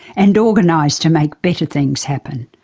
and organise to make better things happen.